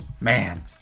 Man